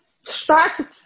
started